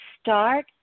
start